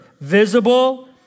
Visible